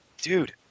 dude